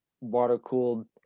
water-cooled